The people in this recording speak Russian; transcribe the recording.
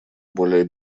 более